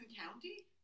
County